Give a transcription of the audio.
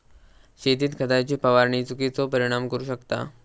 शेतीत खताची फवारणी चुकिचो परिणाम करू शकता